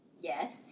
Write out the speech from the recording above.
Yes